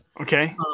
Okay